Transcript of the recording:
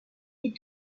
est